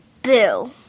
Boo